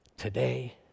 today